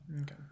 Okay